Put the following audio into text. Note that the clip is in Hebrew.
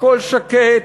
הכול שקט,